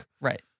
Right